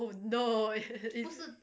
oh no